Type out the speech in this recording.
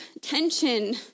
tension